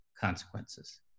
consequences